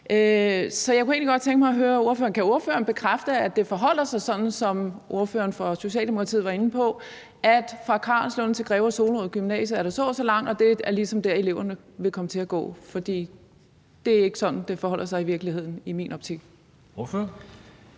Så jeg kunne egentlig godt tænke mig at høre ordføreren, om ordføreren kan bekræfte, at det forholder sig sådan, som ordføreren for Socialdemokratiet var inde på, nemlig at der fra Karlslunde til Greve og Solrød Gymnasium er så og så langt, og at det ligesom er der, eleverne vil komme til at gå. For det er ikke sådan, det i virkeligheden forholder